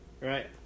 Right